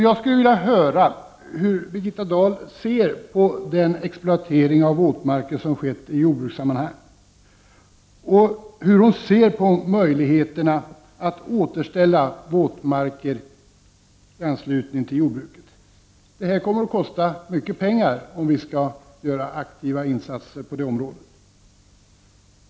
Jag skulle vilja höra hur Birgitta Dahl ser på den exploatering av våtmarker som skett i jordbrukssammanhang och hur hon ser på möjligheterna att återställa våtmarker i anslutning till jordbruket. Det kommer att kosta mycket pengar om vi skall göra aktiva insatser på det området.